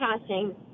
passing